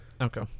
okay